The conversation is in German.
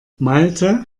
malte